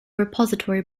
repository